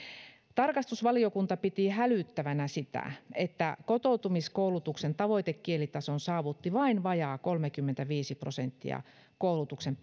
tarkastusvaliokunta piti hälyttävänä sitä että kotoutumiskoulutuksen tavoitekielitason saavutti vain vajaa kolmekymmentäviisi prosenttia koulutuksen